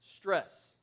Stress